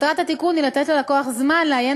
מטרת התיקון היא לתת ללקוח זמן לעיין